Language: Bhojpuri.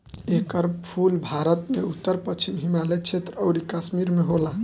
एकर फूल भारत में उत्तर पश्चिम हिमालय क्षेत्र अउरी कश्मीर में होला